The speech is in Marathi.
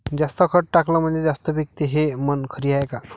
जास्त खत टाकलं म्हनजे जास्त पिकते हे म्हन खरी हाये का?